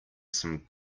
some